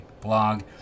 blog